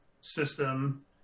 system